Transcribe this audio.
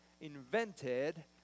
invented